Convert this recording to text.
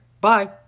Bye